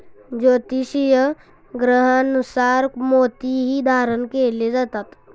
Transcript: ज्योतिषीय ग्रहांनुसार मोतीही धारण केले जातात